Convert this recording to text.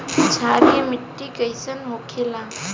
क्षारीय मिट्टी कइसन होखेला?